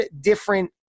different